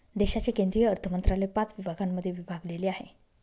देशाचे केंद्रीय अर्थमंत्रालय पाच विभागांमध्ये विभागलेले आहे